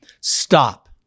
stop